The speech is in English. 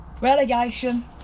Relegation